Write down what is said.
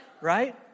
right